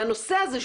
הנושא הזה,